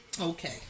Okay